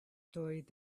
stories